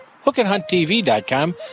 HookandHuntTV.com